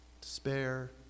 despair